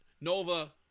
Nova